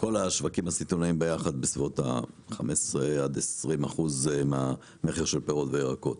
כל השווקים הסיטונאים ביחד בסביבות ה-15 עד 20 אחוזים מהפירות והירקות.